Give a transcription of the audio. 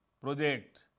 Project